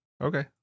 okay